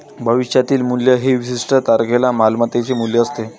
भविष्यातील मूल्य हे विशिष्ट तारखेला मालमत्तेचे मूल्य असते